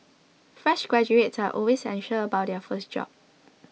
fresh graduates are always anxious about their first job